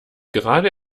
gerade